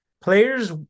Players